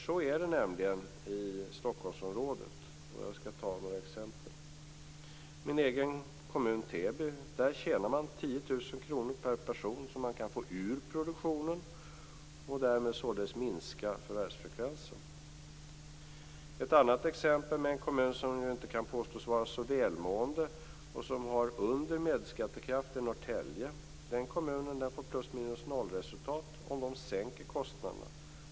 Så är det nämligen i Stockholmsområdet. Jag skall ta några exempel. I min egen kommun Täby tjänar man 10 000 kr per person som man kan få ur produktionen och därmed således minska förvärvsfrekvensen. Ett annat exempel på en kommun som inte kan påstås vara så välmående och som har under medelskattekraft är Norrtälje. Den kommunen får plus minus noll i resultat om de sänker kostnaderna.